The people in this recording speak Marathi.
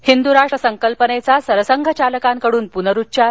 हिंद्राष्ट्र संकल्पनेचा सरसंघचालकांकडून प्नरुच्चार